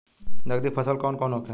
नकदी फसल कौन कौनहोखे?